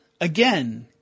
again